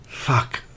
Fuck